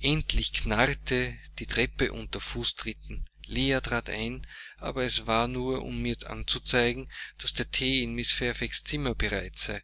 endlich knarrte die treppe unter fußtritten leah trat ein aber es war nur um mir anzuzeigen daß der thee in mrs fairfaxs zimmer bereitet